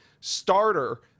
starter